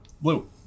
Blue